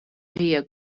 ღია